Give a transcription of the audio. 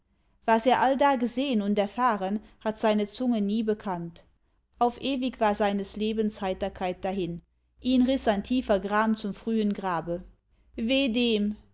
was er allda gesehen und erfahren hat seine zunge nie bekannt auf ewig war seines lebens heiterkeit dahin ihn riß ein tiefer gram zum frühen grabe weh dem